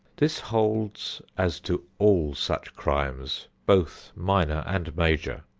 this holds as to all such crimes, both minor and major,